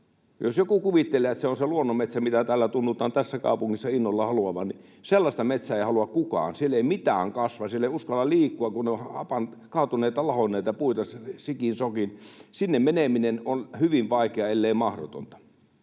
Jos joku kuvittelee, että se on se luonnonmetsä, jollaista täällä tässä kaupungissa tunnutaan innolla haluttavan, niin sellaista metsää ei halua kukaan. Siellä ei mitään kasva. Siellä ei uskalla liikkua, kun on kaatuneita, lahonneita puita sikin sokin, sinne meneminen on hyvin vaikeaa, ellei mahdotonta.